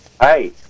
Hi